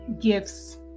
gifts